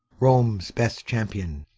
rome's best champion,